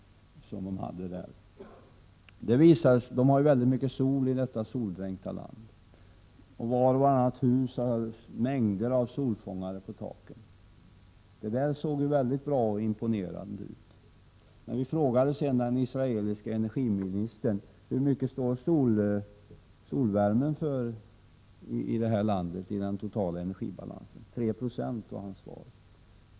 Israel är ett soldränkt land. Vart och vartannat hus har mängder av solfångare på taken. Det såg ju mycket bra och imponerande ut. Vi frågade emellertid den israeliske energiministern hur mycket solvärmen = Prot. 1987/88:135 står för i den totala energibalansen i landet. 3 26, var hans svar.